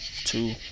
two